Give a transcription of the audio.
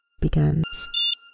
begins